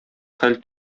хәл